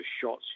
shots